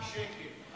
שקל.